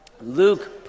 Luke